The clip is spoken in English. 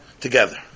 Together